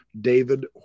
David